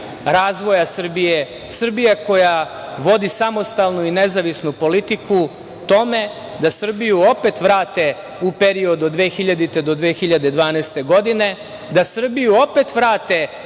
razvoja Srbije, Srbije koja vodi samostalnu i nezavisnu politiku, tome da Srbiju opet vrate u period od 2000. do 2012. godine, da Srbiju opet vrate